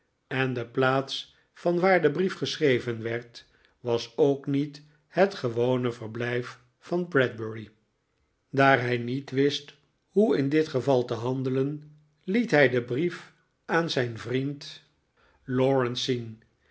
en de plaats van waar de brief geschreven werd was ook niet het gewone verblijf van bradbury daar hij niet wist hoe in dit geval te handelen liet hij den brief aan zijn vriend lawrence zien